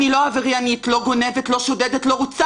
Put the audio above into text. אני לא עבריינית, לא גונבת, לא שודדת, לא רוצחת.